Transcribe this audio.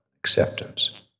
acceptance